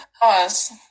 pause